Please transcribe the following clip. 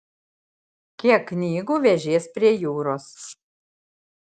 kiek knygų vežies prie jūros